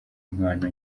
impano